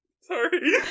sorry